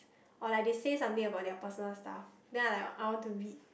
or like they say something about their personal stuff then I like I want to read